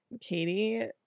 Katie